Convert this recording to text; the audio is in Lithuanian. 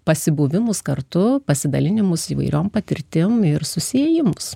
pasibuvimus kartu pasidalinimus įvairiom patirtim ir susiėjimus